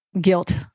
guilt